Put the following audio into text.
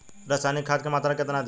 रसायनिक खाद के मात्रा केतना दी?